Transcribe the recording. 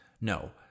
No